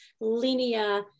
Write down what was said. linear